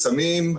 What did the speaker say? סמים,